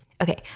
Okay